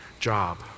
job